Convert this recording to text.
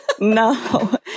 No